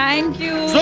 thank you